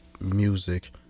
music